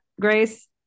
Grace